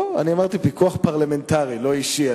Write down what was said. לא, אמרתי פיקוח פרלמנטרי, לא אישי.